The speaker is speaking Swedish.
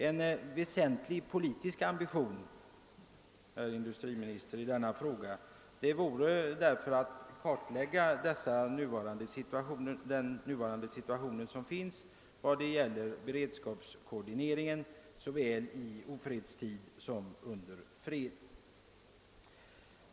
En väsentlig politisk ambition, herr industriminister, vore att kartlägga den nuvarande situationen vad gäller beredskapskoordineringen såväl i ofredstid som under fred.